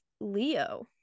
Leo